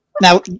Now